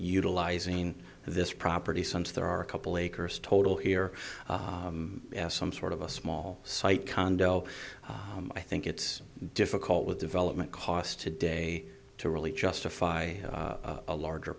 utilizing this property since there are a couple acres total here some sort of a small site condo i think it's difficult with development costs today to really justify a larger